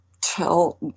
tell